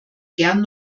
gern